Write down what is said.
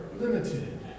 limited